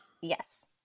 Yes